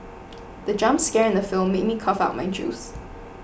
the jump scare in the film made me cough out my juice